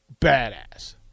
badass